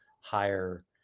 higher